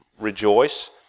rejoice